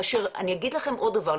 כאשר אני אגיד לכם עוד דבר,